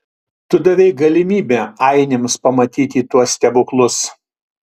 tu davei galimybę ainiams pamatyti tuos stebuklus